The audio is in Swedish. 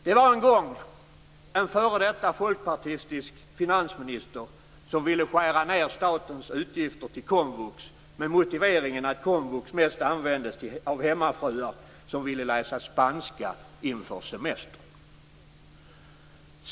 Det var en gång en före detta folkpartistisk finansminister som ville skära ned statens utgifter till komvux med motiveringen att komvux mest användes av hemmafruar som ville läsa spanska inför semestern.